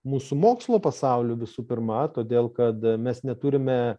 mūsų mokslo pasauliu visų pirma todėl kad mes neturime